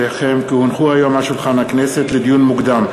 חבר הכנסת הופמן,